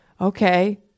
Okay